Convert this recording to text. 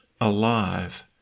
alive